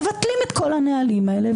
מבטלים את כל הנהלים האלה,